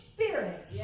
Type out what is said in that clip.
Spirit